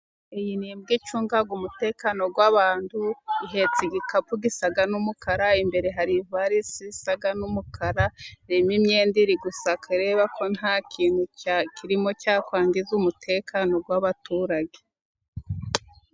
Iyi ni imbwa icunga umutekano w'abantu, ihetse igikapu gisa n'umukara, imbere hari ivarisi isa n'umukara irimo imyenda, iri gusaka ireba ko nta kintu kirimo cyakwangiza umutekano w'abaturage.